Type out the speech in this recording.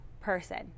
person